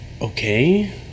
Okay